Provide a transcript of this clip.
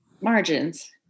margins